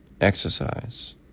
Exercise